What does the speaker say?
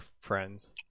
friends